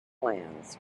lands